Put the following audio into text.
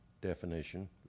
definition